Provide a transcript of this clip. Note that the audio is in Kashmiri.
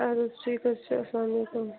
اَدٕ حظ ٹھیٖک حظ چھِ اَسلامُ علیکُم